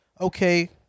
okay